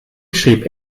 schrieb